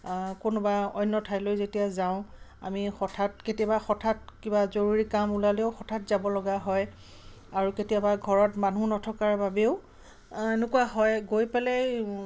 কোনোবা অন্য ঠাইলৈ যেতিয়া যাওঁ আমি হঠাৎ কেতিয়াবা হঠাৎ কিবা জৰুৰী কাম ওলালেও হঠাৎ যাব লগা হয় আৰু কেতিয়াবা ঘৰত মানুহ নথকাৰ বাবেও এনেকুৱা হয় গৈ পেলাই